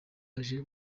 aje